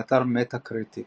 באתר Metacritic